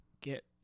get